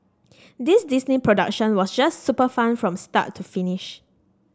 this Disney production was just super fun from start to finish